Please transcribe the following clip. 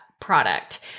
product